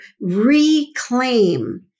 reclaim